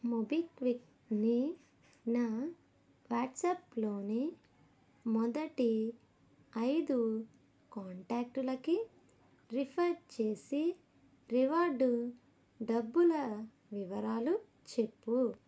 మోబిక్విక్ని నా వాట్సాప్ లోని మొదటి ఐదు కాంటేక్టులకి రిఫర్ చేసి రివార్డు డబ్బుల వివరాలు చెప్పు